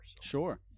Sure